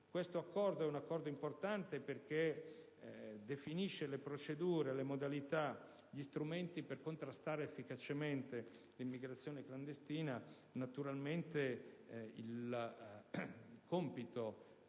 Questo accordo è molto importante perché definisce le procedure, le modalità e gli strumenti per contrastare efficacemente l'immigrazione clandestina. Naturalmente, adesso